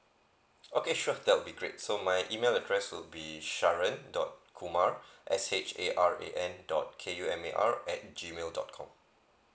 okay sure that will be great so my email address would be sharan dot kumar S H A R A N dot K U M A R at G mail dot com